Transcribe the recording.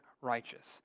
righteous